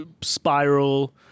Spiral